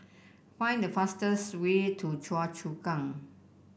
find the fastest way to Choa Chu Kang